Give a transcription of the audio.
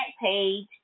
page